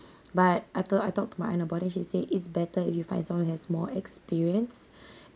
but I talked I talked to my aunt about it then she said it's better if you find someone who has more experience